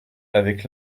avec